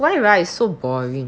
why rice so boring